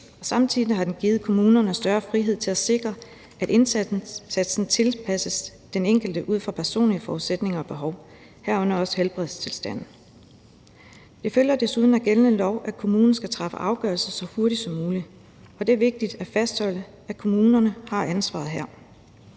samtidig har de givet kommunerne større frihed til at sikre, at indsatsen tilpasses den enkelte ud fra personlige forudsætninger og behov, herunder også helbredstilstanden. Det følger desuden af gældende lov, at kommunen skal træffe afgørelse så hurtigt som muligt, og det er vigtigt at fastholde, at kommunerne har ansvaret her.